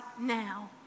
now